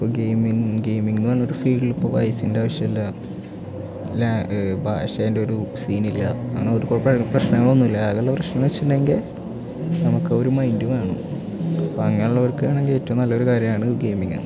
gaming gaming എന്ന് പറഞ്ഞ ഒരു ഫീൽഡിൽ ഇപ്പോൾ പൈസൻ്റെ ആവശ്യമില്ല ഭാഷൻ്റെ ഒരു സീൻ ഇല്ല അങ്ങനെ ഒരു കുഴപ്പം പ്രശ്നങ്ങൾ ഒന്നുമില്ല ആകെയുള്ള പ്രശ്നം എന്ന് വച്ചിട്ടുണ്ടെങ്കിൽ നമുക്ക് ആ ഒരു മൈൻഡ് വേണം അപ്പം അങ്ങനെ ഉള്ളവർക്കാണെങ്കിൽ ഏറ്റവും നല്ല ഒരു കാര്യമാണ് ഗെയിമിങ്